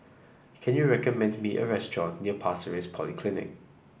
can you recommend me a restaurant near Pasir Ris Polyclinic